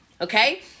Okay